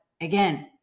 again